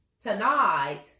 tonight